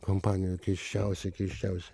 kompanija keisčiausia keisčiausia